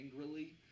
angrily